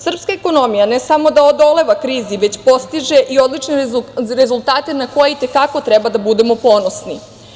Srpska ekonomija ne samo da odoleva krizi, već postiže i odlične rezultate na koje i te kako treba da budemo ponosni.